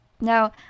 now